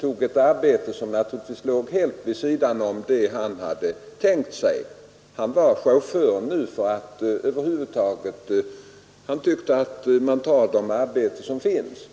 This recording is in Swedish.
det här arbetet, som naturligtvis låg helt vid sidan om det som han hade tänkt sig, därför att han ville göra en nyttig insats. Han var chaufför nu, emedan han ansåg att man måste ta det arbete som finns.